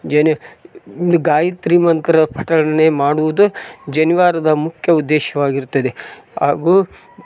ಜನು ಗಾಯತ್ರಿ ಮಂತ್ರ ಪಠನೆ ಮಾಡುವುದು ಜನಿವಾರದ ಮುಖ್ಯ ಉದ್ದೇಶ್ವಾಗಿರುತ್ತದೆ ಹಾಗೂ